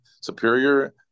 superior